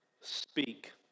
Speak